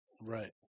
Right